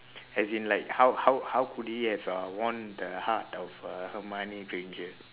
as in like how how how could he have uh won the heart of uh hermione granger